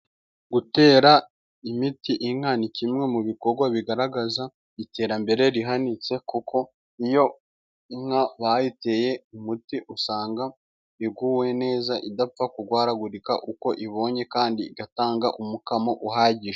Gutera imiti inka ni kimwe mu bikorwa bigaragaza iterambere rihanitse kuko iyo inka bayiteye umuti usanga iguwe neza idapfa kurwaragurika uko ibonye kandi igatanga umukamo uhagije.